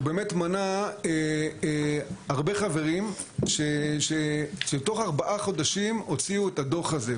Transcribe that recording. הוא באמת מנה הרבה חברים שבתוך ארבעה חודשים הוציאו את הדו"ח הזה.